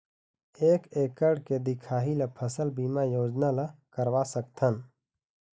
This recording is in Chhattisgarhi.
एक एकड़ के दिखाही ला फसल बीमा योजना ला करवा सकथन?